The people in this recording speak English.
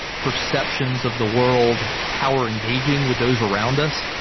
perceptions of the world. how we're engaging with those around us?